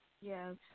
Yes